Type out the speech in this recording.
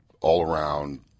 all-around